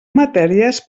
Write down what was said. matèries